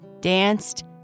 danced